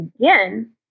again